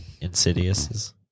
Insidious